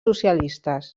socialistes